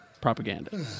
propaganda